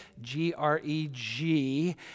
G-R-E-G